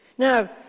Now